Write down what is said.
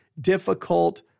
difficult